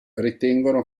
ritengono